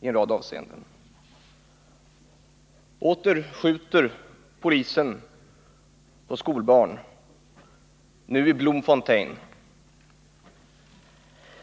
i en rad avseenden. Åter skjuter polisen på skolbarn, nu i Bloemfontein.